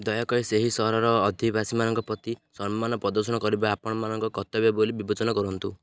ଦୟାକରି ସେହି ସହରର ଅଧିବାସୀମାନଙ୍କ ପ୍ରତି ସମ୍ମାନ ପ୍ରଦର୍ଶନ କରିବା ଆପଣମାନଙ୍କ କର୍ତ୍ତବ୍ୟ ବୋଲି ବିବେଚନା କରନ୍ତୁ